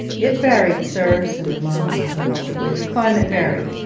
it varied, sir said the monarch, uncomfortably the climate varied.